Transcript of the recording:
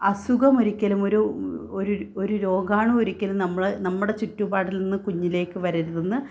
അസുഖം ഒരിക്കലും ഒരു ഒരു രോഗാണു ഒരിക്കലും നമ്മൾ നമ്മുടെ ചുറ്റുപാടിൽ നിന്ന് കുഞ്ഞിലേക്ക് വരരുതെന്ന്